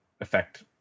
affect